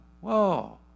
whoa